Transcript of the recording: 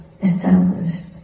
established